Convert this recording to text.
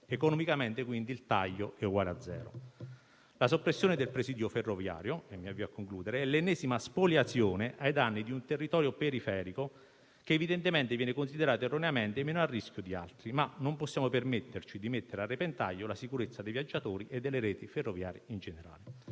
Economicamente, quindi, il taglio è pari a zero. La soppressione del presidio ferroviario è l'ennesima spoliazione ai danni di un territorio periferico che evidentemente viene considerato, erroneamente, meno a rischio di altri. Non possiamo, però, permetterci di mettere a repentaglio la sicurezza dei viaggiatori e delle reti ferroviarie in generale.